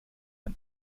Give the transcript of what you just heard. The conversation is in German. ein